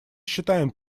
считаем